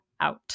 out